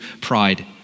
pride